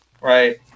Right